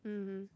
mmhmm